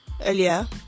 earlier